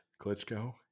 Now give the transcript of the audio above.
Klitschko